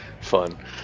fun